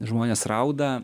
žmonės rauda